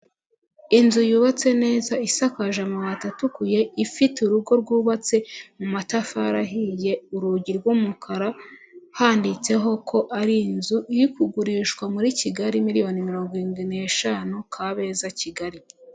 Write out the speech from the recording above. Inzu yubatse neza isakaje amabati atukuye, ifite urugo rwubatse mu matafari ahiye urugi rw'umukara, handitseho ko ari inzu iri kugurishwa muri Kigali miliyoni mirongo irindwi n'eshanu, Kabeza Kigali.